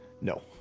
No